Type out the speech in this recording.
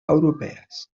europees